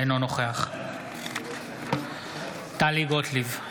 אינו נוכח טלי גוטליב,